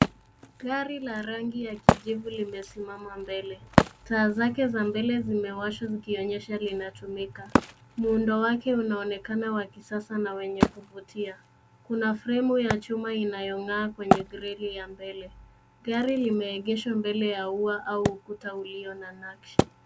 Gari la rangi ya kijivu limesimama mbele. Taa zake za mbele zimewashwa kuonyesha linatumia. Muundo wake unaonekana wa kisasa na wenye kuvutia. Kuna fremu ya chuma inayongaa kwenye grili ya mbele. Gari limeegeshwa mbele ya ua, au ukuta ulio na nakshi.